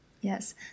Yes